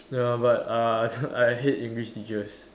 ya but uh I I hate English teachers